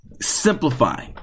simplify